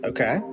Okay